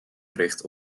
verricht